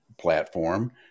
platform